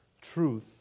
truth